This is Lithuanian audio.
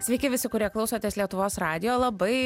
sveiki visi kurie klausotės lietuvos radijo labai